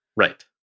Right